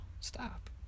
stop